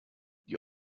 die